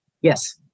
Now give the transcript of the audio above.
Yes